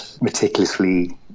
meticulously